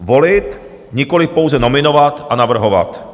Volit, nikoliv pouze nominovat a navrhovat.